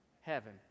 Heaven